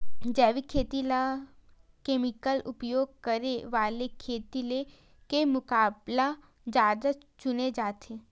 जैविक खेती ला केमिकल उपयोग करे वाले खेती के मुकाबला ज्यादा चुने जाते